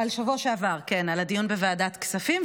על השבוע שעבר, כן, על הדיון בוועדת הכספים.